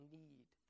need